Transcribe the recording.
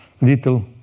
little